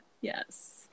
yes